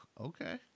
okay